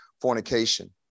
fornication